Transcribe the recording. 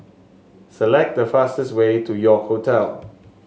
select the fastest way to York Hotel